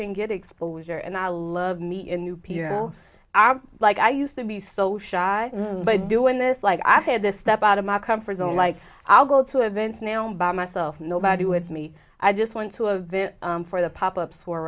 can get exposure and i love meeting new people i'm like i used to be so shy by doing this like i had to step out of my comfort zone like i'll go to events now i'm by myself nobody with me i just went to a vent for the pop ups for